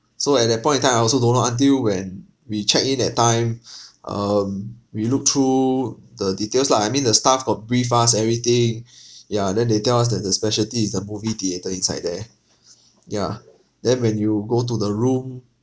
so at that point in time I also don't know until when we check in that time um we look through the details lah I mean the staff got brief us everything ya then they tell us that their speciality is the movie theater inside there yeah then when you go to the room